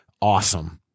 awesome